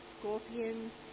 scorpions